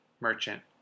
Merchant